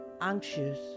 anxious